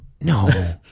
No